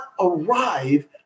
arrive